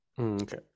Okay